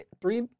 three